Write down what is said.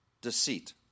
deceit